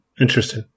Interesting